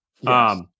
Yes